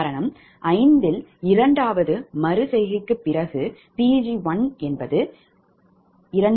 உதாரணம் 5 ல் இரண்டாவது மறு செய்கைக்குப் பிறகு Pg1258